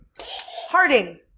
Harding